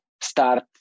start